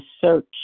search